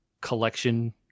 collection